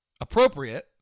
appropriate